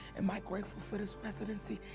am i grateful for this residency?